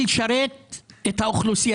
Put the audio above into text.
הם באים לשרת את האוכלוסייה,